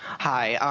hi.